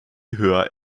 höher